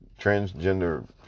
transgender